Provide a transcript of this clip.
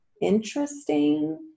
interesting